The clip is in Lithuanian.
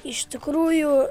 iš tikrųjų